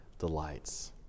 delights